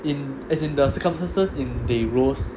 in as in the circumstances in they rose